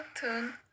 cartoon